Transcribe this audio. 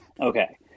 Okay